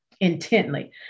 intently